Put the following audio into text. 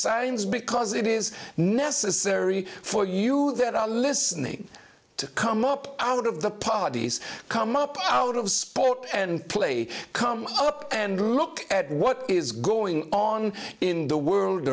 signs because it is necessary for you that are listening to come up out of the parties come up out of sport and play come up and look at what is going on in the world